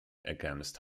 against